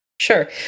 Sure